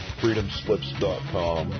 freedomslips.com